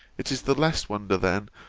it is the less wonder, then,